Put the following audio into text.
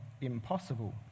impossible